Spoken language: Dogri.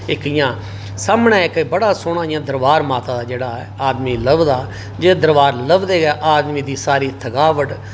सामने इक बडा सोह्ना इ'यां दरबार माता दा जेहड़ा आदमी जेहड़ा लभदा दरबार लभदे गै सारी थकाबट